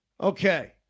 okay